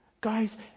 guys